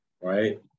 Right